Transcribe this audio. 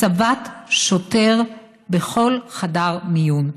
הצבת שוטר בכל חדר מיון.